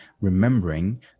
remembering